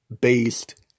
based